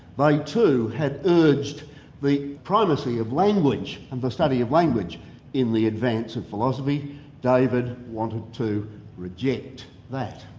like too, had urged the primacy of language and the study of language in the advance of philosophy david wanted to reject that.